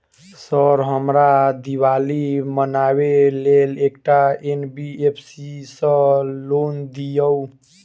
Sir हमरा दिवाली मनावे लेल एकटा एन.बी.एफ.सी सऽ लोन दिअउ?